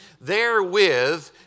Therewith